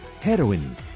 Heroin